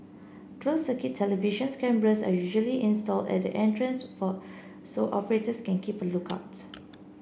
closed circuit television cameras are usually installed at the entrance for so operators can keep a look out